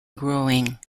growing